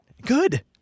Good